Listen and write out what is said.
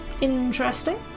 interesting